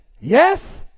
yes